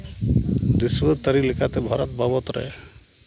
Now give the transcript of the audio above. ᱫᱤᱥᱩᱣᱟᱹ ᱛᱟᱹᱨᱤ ᱞᱮᱠᱟᱛᱮ ᱵᱷᱟᱨᱚᱛ ᱵᱟᱵᱚᱫ ᱨᱮ